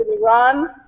Iran